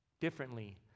differently